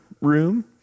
Room